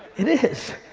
it is.